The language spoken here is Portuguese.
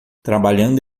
trabalhando